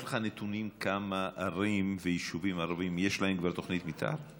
יש לך נתונים כמה ערים ויישובים ערביים יש להם כבר תוכנית מתאר?